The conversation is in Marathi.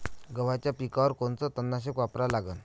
गव्हाच्या पिकावर कोनचं तननाशक वापरा लागन?